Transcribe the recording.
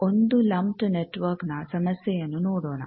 ಒಂದು ಲಂಪ್ದ್ ನೆಟ್ವರ್ಕ್ನ ಸಮಸ್ಯೆಯನ್ನು ನೋಡೋಣ